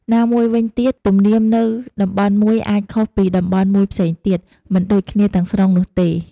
ណាមួយវិញទៀតទំនៀមនៅតំបន់មួយអាច ខុសពីតំបន់មួយផ្សេងទៀត មិនដូចគ្នាទាំងស្រុងនោះទេ។